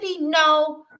no